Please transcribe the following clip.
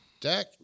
Dak